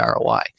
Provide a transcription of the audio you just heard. ROI